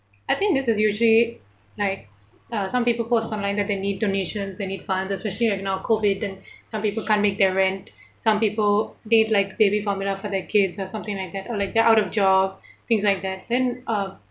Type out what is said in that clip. I think this is usually like uh some people who are some like that they need donations they need funds especially like now COVID then some people can't make their rent some people need like baby formula for the kids or something like that or like they're out of job things like that then uh